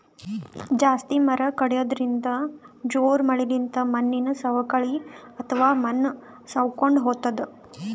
ಜಾಸ್ತಿ ಮರ ಗಿಡಗೊಳ್ ಕಡ್ಯದ್ರಿನ್ದ, ಜೋರ್ ಮಳಿಲಿಂತ್ ಮಣ್ಣಿನ್ ಸವಕಳಿ ಅಥವಾ ಮಣ್ಣ್ ಸವಕೊಂಡ್ ಹೊತದ್